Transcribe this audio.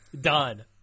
Done